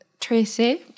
Tracy